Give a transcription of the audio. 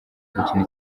gukina